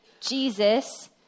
Jesus